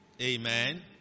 Amen